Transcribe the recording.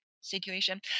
situation